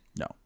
No